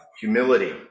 humility